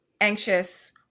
anxious